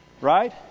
Right